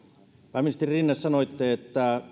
pääministeri rinne sanoitte